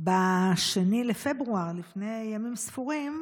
ב-2 בפברואר, לפני ימים ספורים,